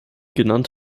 genannt